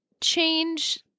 change